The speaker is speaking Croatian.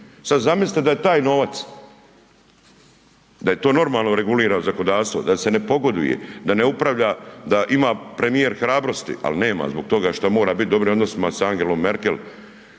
Sad zamislite da je taj novac, da je to normalno regulirano zakonodavstvo, da se ne pogoduje, da ne upravlja, da ima premijer hrabrosti ali nema zbog toga što mora biti u dobrim odnosima sa Angelom Merkel